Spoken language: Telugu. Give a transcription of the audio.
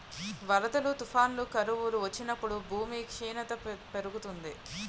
వరదలు, తుఫానులు, కరువులు వచ్చినప్పుడు భూమి క్షీణత పెరుగుతుంది